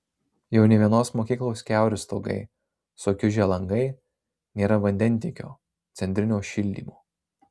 jau ne vienos mokyklos kiauri stogai sukiužę langai nėra vandentiekio centrinio šildymo